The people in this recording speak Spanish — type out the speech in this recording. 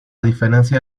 diferencia